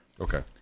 Okay